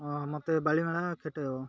ହଁ ମତେ ବାଳିମେଳା କେଟେଇବ